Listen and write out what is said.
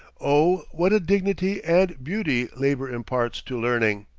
oh! what a dignity and beauty labor imparts to learning.